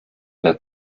der